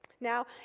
Now